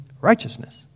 righteousness